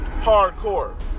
Hardcore